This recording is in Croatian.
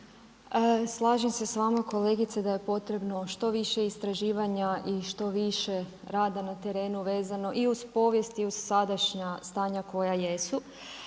Slažem se s vama kolegice da je potrebno što više istraživanja i što više rada na terenu vezano i uz povijest i uz sadašnja stanja koja jesu.